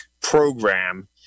program